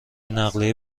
نقلیه